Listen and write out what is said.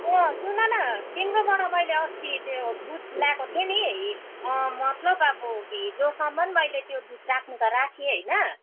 ए अँ सुन न तिम्रोबाट मैले अस्ति त्यो दुध ल्याएको थिएँ नि हि मतलब अब हिजोसम्म मैले त्यो दुध राख्नु त राखेँ होइन